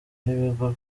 n’ibigo